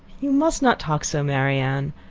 you must not talk so, marianne.